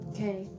Okay